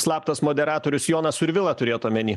slaptas moderatorius jonas survila turėjot omeny